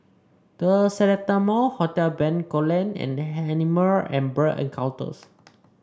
The Seletar Mall Hotel Bencoolen and Animal and Bird Encounters